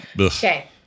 Okay